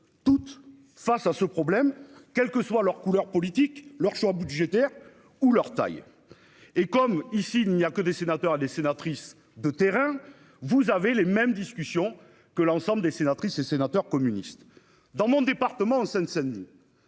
toutes. Face à ce problème. Quel que soit leur couleur politique, leur choix budgétaires ou leur taille. Et comme ici, il n'y a que des sénateurs et les sénatrices de terrain. Vous avez les mêmes discussions que l'ensemble des sénatrices et sénateurs communistes dans mon département en Seine-Saint-Denis.